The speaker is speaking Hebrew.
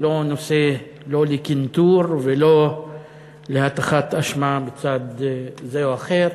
הוא לא נושא לא לקנטור ולא להטחת אשמה בצד זה או אחר.